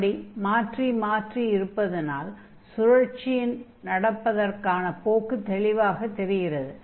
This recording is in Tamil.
அப்படி மாற்றி மாற்றி இருப்பதனால் சுழற்சி நடப்பதற்கான போக்கு தெளிவாகத் தெரிகிறது